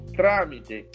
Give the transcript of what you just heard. tramite